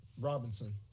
Robinson